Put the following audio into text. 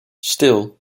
still